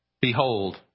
Behold